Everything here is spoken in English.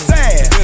Sad